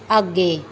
ਅੱਗੇ